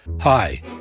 Hi